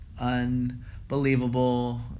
unbelievable